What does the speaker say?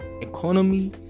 economy